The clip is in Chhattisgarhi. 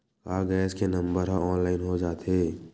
का गैस के नंबर ह ऑनलाइन हो जाथे?